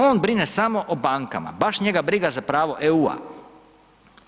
On brine samo o bankama, baš njega briga za pravo EU-a.